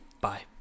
Bye